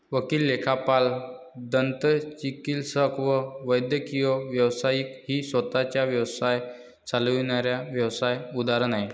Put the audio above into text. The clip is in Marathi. वकील, लेखापाल, दंतचिकित्सक व वैद्यकीय व्यावसायिक ही स्वतः चा व्यवसाय चालविणाऱ्या व्यावसाय उदाहरण आहे